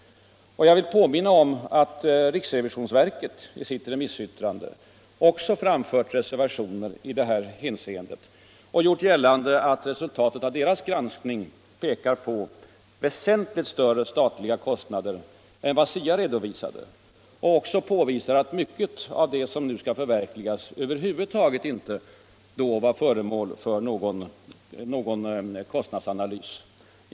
Jag vill påminna om att riksrevisionsverket i sitt remissyttrande också framfört reservationer i det här hänseendet och gjort gällande att resultatet av dess granskning pekar på väsentligt större statliga kostnader än vad SIA redovisade och också påvisar att mycket av det som nu skall förverkligas över huvud taget inte då var föremål för någon kostnadsanalys.